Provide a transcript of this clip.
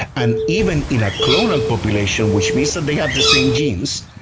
and even in a clonal population, which means that they have the same genes,